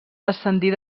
descendir